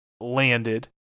landed